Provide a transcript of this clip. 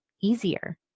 easier